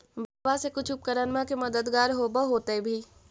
बैंकबा से कुछ उपकरणमा के मददगार होब होतै भी?